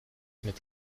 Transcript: mit